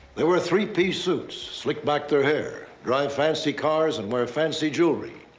they wear three piece suits, slick back their hair, drive fancy cars, and wear fancy jewelry.